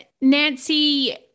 Nancy